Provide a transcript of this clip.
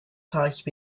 takip